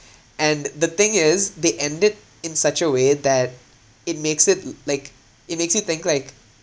and the thing is they ended in such a way that it makes it like it makes you think like